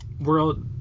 world